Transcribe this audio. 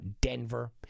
Denver